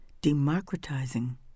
democratizing